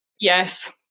yes